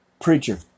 preacher